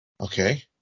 okay